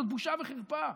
זאת בושה וחרפה.